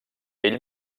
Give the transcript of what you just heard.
ell